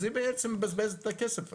אז היא בעצם מבזבזת את הכסף הזה.